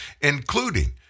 including